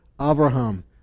Abraham